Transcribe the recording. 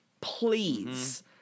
please